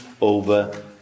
over